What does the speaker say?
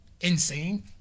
insane